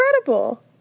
incredible